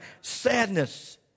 sadness